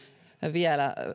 vielä